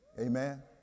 Amen